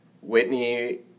Whitney